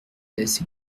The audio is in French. laisse